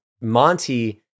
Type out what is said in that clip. Monty